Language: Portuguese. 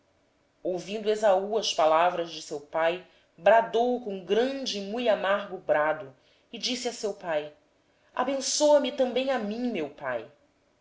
bendito esaú ao ouvir as palavras de seu pai bradou com grande e mui amargo brado e disse a seu pai abençoa me também a mim meu pai